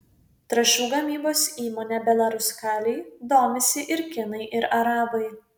trąšų gamybos įmone belaruskalij domisi ir kinai ir arabai